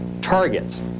targets